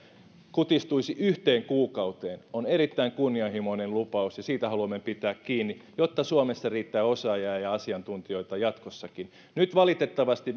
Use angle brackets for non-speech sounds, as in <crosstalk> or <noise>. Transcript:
kutistuisi yhteen kuukauteen on erittäin kunnianhimoinen lupaus ja siitä haluamme pitää kiinni jotta suomessa riittää osaajia ja ja asiantuntijoita jatkossakin nyt valitettavasti <unintelligible>